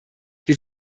wir